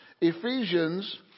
Ephesians